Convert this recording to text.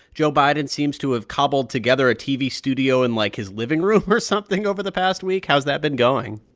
joe biden seems to have cobbled together a tv studio in, like, his living room or something over the past week. how's that been going?